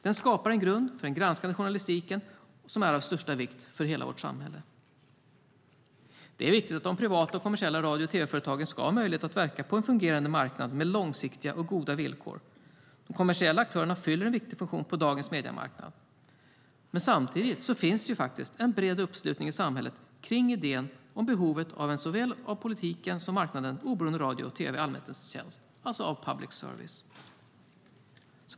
Den skapar en grund för den granskande journalistiken som är av största vikt för hela vårt samhälle. Det är viktigt att de privata och kommersiella radio och tv-företagen ska ha möjligheter att verka på en fungerande marknad med långsiktiga och goda villkor. De kommersiella aktörerna fyller en viktig funktion på dagens mediemarknad. Samtidigt finns det en bred uppslutning i samhället kring idén om behovet av en av såväl politiken som marknaden oberoende radio och tv i allmänhetens tjänst, alltså av public service.